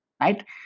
right